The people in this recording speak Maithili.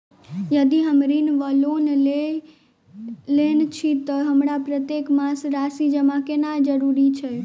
यदि हम ऋण वा लोन लेने छी तऽ हमरा प्रत्येक मास राशि जमा केनैय जरूरी छै?